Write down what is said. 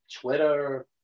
Twitter